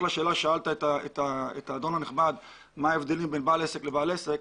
לשאלה ששאלת לגבי ההבדלים בין בעל עסק לבעל עסק.